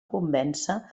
convèncer